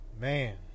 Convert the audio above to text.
man